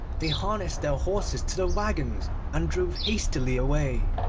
they harnessed their horses to the waggons and drove hastily away.